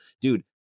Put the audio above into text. dude